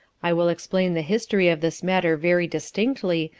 i will explain the history of this matter very distinctly,